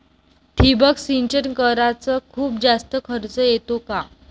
ठिबक सिंचन कराच खूप जास्त खर्च येतो का?